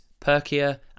Perkia